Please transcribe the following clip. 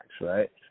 right